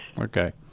Okay